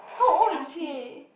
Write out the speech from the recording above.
how old is he